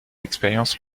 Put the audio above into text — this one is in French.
expérience